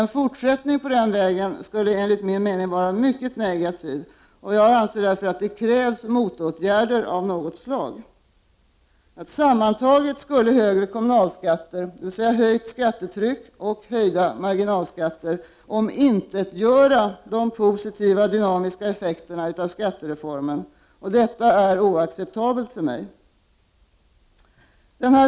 En fortsättning på denna väg skulle enligt min mening vara mycket negativ. Jag anser därför att det krävs motåtgärder av något slag. Sammantaget skulle högre kommunalskatter — dvs. ett höjt skattetryck och höjda marginalskatter — omintetgöra de positiva dynamiska effekterna av skattereformen. Det tycker jag vore oacceptabelt.